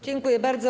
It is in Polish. Dziękuję bardzo.